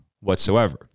whatsoever